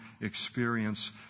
experience